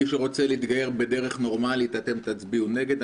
מי שרוצה להתגייר בדרך נורמלית אתם תצביעו נגד.